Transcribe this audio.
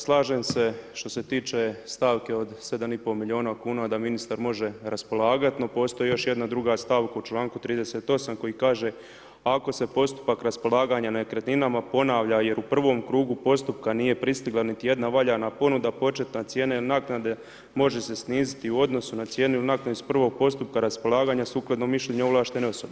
Slažem se što se tiče stavke od 7,5 miliona kuna da ministar može raspolagati, no postoji još jedna druga stavka u čl. 38. koji kaže, ako se postupak raspolaganja nekretninama ponavlja jer u prvom krugu postupka nije pristigla niti jedna valjana ponuda, početna cijena naknade može se sniziti u odnosu na cijenu naknade iz prvog postupka raspolaganja sukladno mišljenju ovlaštenih osoba.